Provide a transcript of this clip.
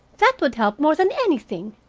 that would help more than anything.